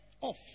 Off